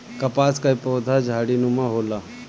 कपास कअ पौधा झाड़ीनुमा होला